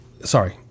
Sorry